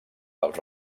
dels